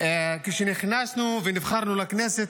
כשנכנסנו ונבחרנו לכנסת,